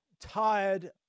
tired